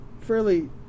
fairly